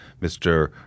mr